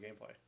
gameplay